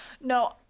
no